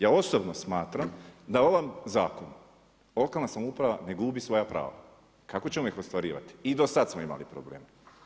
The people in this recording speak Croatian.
Ja osobno smatram da ovom zakonu lokalna samouprava ne gubi svoja prava, kako ćemo ih ostvarivati, i do sad smo imali probleme.